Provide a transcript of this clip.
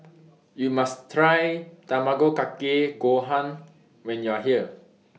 YOU must Try Tamago Kake Gohan when YOU Are here